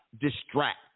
distract